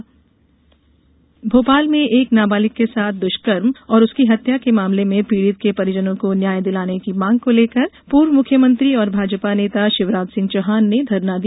शिवराज धरना भोपाल में एक नाबालिग के साथ दुष्कर्म और उसकी हत्या के मामले में पीड़ित के परिजनों को न्याय दिलाने की मांग को लेकर पूर्व मुख्यमंत्री और भाजपा नेता शिवराज सिंह चौहान ने धरना दिया